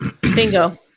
Bingo